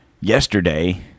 yesterday